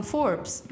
Forbes